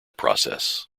process